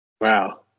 Wow